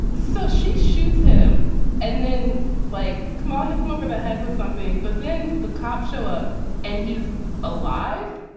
so she shoots him and then like ah his moving ahead with something. but then the cops show up and he's alive,